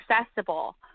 accessible